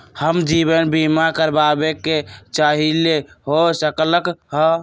हम जीवन बीमा कारवाबे के चाहईले, हो सकलक ह?